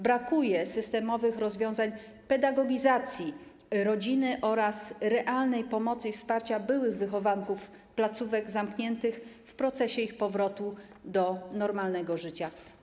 Brakuje systemowych rozwiązań pedagogizacji rodziny oraz realnej pomocy i wsparcia byłych wychowanków placówek zamkniętych w procesie ich powrotu do normalnego życia.